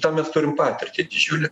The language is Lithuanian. tam mes turim patirtį didžiulę